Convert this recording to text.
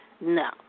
No